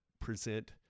present